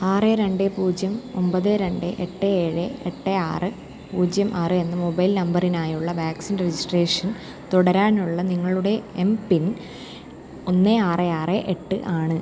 ആറ് രണ്ട് പൂജ്യം ഒമ്പത് രണ്ട് എട്ടേ ഏഴേ എട്ട് ആറ് പൂജ്യം ആറ് എന്ന മൊബൈൽ നമ്പറിനായുള്ള വാക്സിൻ രജിസ്ട്രേഷൻ തുടരാനുള്ള നിങ്ങളുടെ എം പിൻ ഒന്ന് ആറ് ആറ് എട്ട് ആണ്